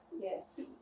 Yes